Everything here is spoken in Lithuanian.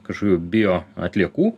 kažkokių bio atliekų